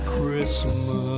Christmas